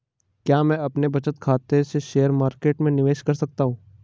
क्या मैं अपने बचत खाते से शेयर मार्केट में निवेश कर सकता हूँ?